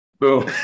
Boom